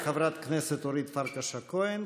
תודה לחברת הכנסת אורית פרקש הכהן.